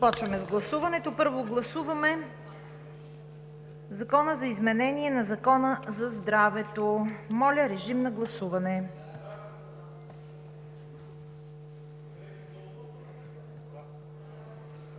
започваме с гласуването. Първо гласуване на Законопроекта за изменение на Закона за здравето. Моля, режим на гласуване.